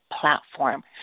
platform